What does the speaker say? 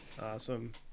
Awesome